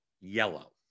yellow